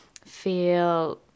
feel